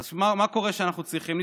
אז מה קורה כשאנחנו צריכים?